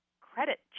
credit